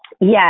Yes